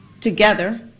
together